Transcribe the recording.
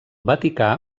vaticà